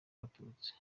abatutsi